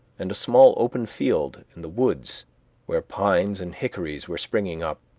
and a small open field in the woods where pines and hickories were springing up.